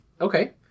Okay